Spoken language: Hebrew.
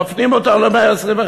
מפנים אותנו ל-121ב.